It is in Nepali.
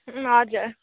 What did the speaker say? हजुर